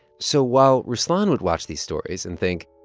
so while ruslan would watch these stories and think.